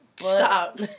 Stop